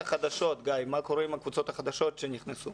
גיא, מה קורה עם הקבוצות החדשות שנכנסו